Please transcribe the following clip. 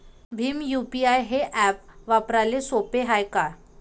Bhim UPI हे app वापराले सोपे हाय का?